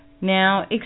Now